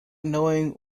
knowing